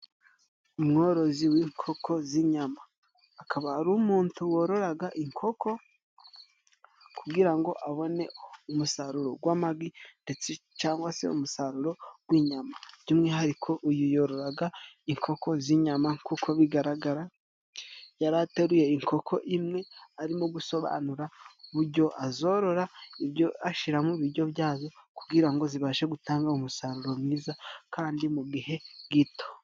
Umworozi w'inkoko z'inyama. Akaba ari umuntu wororaga inkoko kugira ngo abone umusaruro w'amagi ndetse cyangwa se umusaruro gw'inyama. By'umwihariko uyu yororaga inkoko z'inyama kuko bigaragara yari ateruye ikoko imwe, arimo gusobanura uburyo azorora. ibyo ashira mu biryo byazo kugira ngo zibashe gutanga umusaruro mwiza kandi mu gihe gito.